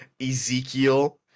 ezekiel